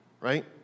right